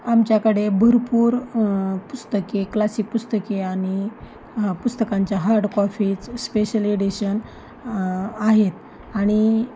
आमच्याकडे भरपूर पुस्तके क्लासिक पुस्तके आणि पुस्तकांच्या हार्ड कॉफीज स्पेशल एडिशन आहेत आणि